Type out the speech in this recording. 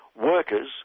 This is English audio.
Workers